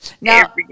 Now